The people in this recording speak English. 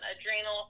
adrenal